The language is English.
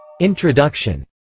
Introduction